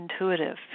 intuitive